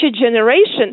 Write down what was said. generation